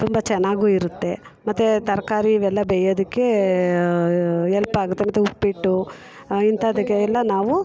ತುಂಬ ಚೆನ್ನಾಗು ಇರುತ್ತೆ ಮತ್ತೆ ತರಕಾರಿ ಇವೆಲ್ಲ ಬೇಯೊದಿಕ್ಕೆ ಎಲ್ಪಾಗತ್ತೆ ಮತ್ತೆ ಉಪ್ಪಿಟ್ಟು ಇಂಥದಕ್ಕೆಲ್ಲ ನಾವು